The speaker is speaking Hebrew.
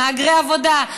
מהגרי עבודה,